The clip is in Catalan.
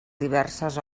diverses